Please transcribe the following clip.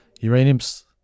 Uranium's